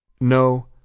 No